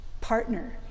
partner